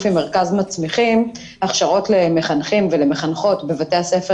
עם מרכז מצמיחים הכשרות למחנכים ולמחנכות בבתי הספר